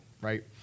right